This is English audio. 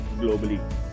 globally